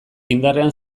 indarrean